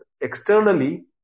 externally